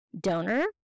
donor